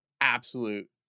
absolute